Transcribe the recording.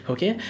Okay